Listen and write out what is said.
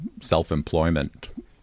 self-employment